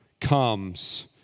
comes